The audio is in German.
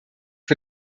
für